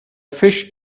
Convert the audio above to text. fish